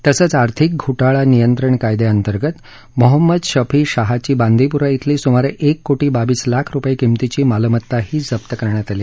तसंच आर्थिक घोटाळा नियंत्रण कायद्याअंतर्गत मोहम्मद शफी शहाची बांदीपुरा धिली सुमारे एक कोटी बावीस लाख रुपये किमतीची मालमत्ता जप्त केली